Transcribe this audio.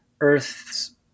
Earth's